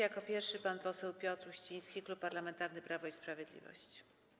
Jako pierwszy pan poseł Piotr Uściński, Klub Parlamentarny Prawo i Sprawiedliwość.